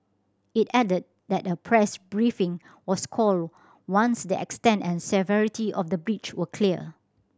it added that a press briefing was called once the extent and severity of the breach were clear